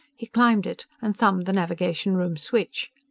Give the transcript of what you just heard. he climbed it and thumbed the navigation-room switch.